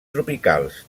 tropicals